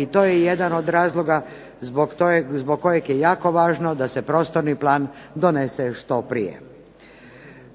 i to je jedan od razloga zbog kojeg je jako važno da se prostorni plan donese što prije.